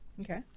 Okay